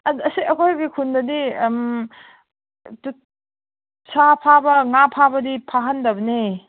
ꯑꯗꯨ ꯑꯁꯤ ꯑꯩꯈꯣꯏꯒꯤ ꯈꯨꯟꯗꯗꯤ ꯁꯥ ꯐꯥꯕ ꯉꯥ ꯐꯥꯕꯗꯤ ꯐꯥꯍꯟꯗꯕꯅꯦ